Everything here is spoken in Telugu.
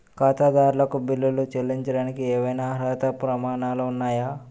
ఖాతాదారులకు బిల్లులు చెల్లించడానికి ఏవైనా అర్హత ప్రమాణాలు ఉన్నాయా?